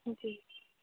جی